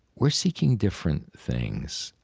we're seeking different things.